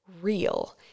real